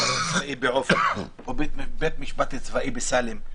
הצבאי בעופר או בית המשפט הצבאי בסאלם,